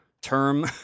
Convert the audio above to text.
term